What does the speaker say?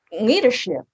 leadership